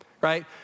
right